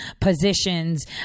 positions